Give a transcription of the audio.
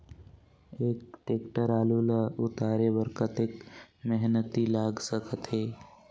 एक टेक्टर आलू ल उतारे बर कतेक मेहनती लाग सकथे?